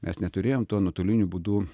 nes neturėjom to nuotoliniu būdu